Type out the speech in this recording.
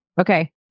Okay